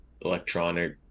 electronic